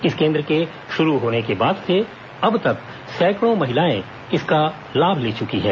इस कोन्द्र के शुरू होने के बाद से अब तक सैकड़ों महिलाएं इसका लाभ ले चुकी हैं